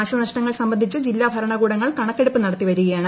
നാശനഷ്ടങ്ങൾ സംബന്ധിച്ച് ജില്ലാ ഭരണകൂടങ്ങൾ കണക്കെടുപ്പ് നടത്തിവരികയാണ്